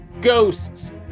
ghosts